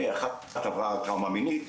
אחת עברה טראומה מינית,